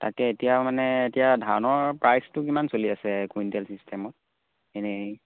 তাকে এতিয়া মানে এতিয়া ধানৰ প্ৰাইচটো কিমান চলি আছে কুইণ্টেল চিষ্টেমত এনেই